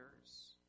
others